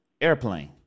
Airplane